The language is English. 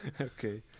Okay